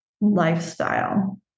lifestyle